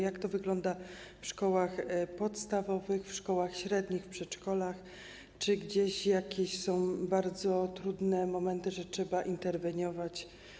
Jak to wygląda w szkołach podstawowych, w szkołach średnich, w przedszkolach, czy są jakieś trudności, bardzo trudne momenty, gdy trzeba interweniować?